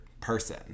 person